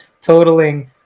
totaling